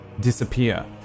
disappear